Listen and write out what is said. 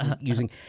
using